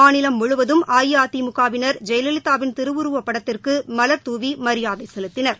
மாநிலம் முழுவதும் அஇஅதிமுகவினர் ஜெயலலிதாவின் திருவுருவப் படத்திற்கு மலர் தூவி மரியாதை செலுத்தினர்